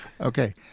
Okay